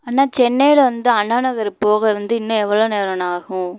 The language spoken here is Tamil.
அண்ணா சென்னையில் வந்து அண்ணா நகர் போக வந்து இன்னும் எவ்வளோ நேரம்ணா ஆகும்